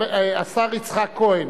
השר יצחק כהן,